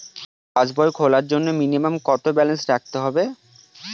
পাসবই খোলার জন্য মিনিমাম কত ব্যালেন্স রাখতে হবে?